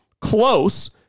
close